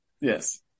Yes